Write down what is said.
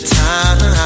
time